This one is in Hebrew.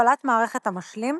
הפעלת מערכת המשלים.